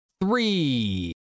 Three